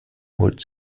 holt